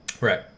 Right